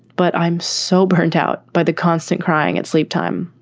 but i'm so burnt out by the constant crying, it's sleep time.